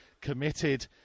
Committed